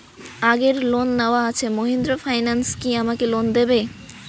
আগের লোন নেওয়া আছে মাহিন্দ্রা ফাইন্যান্স কি আমাকে লোন দেবে?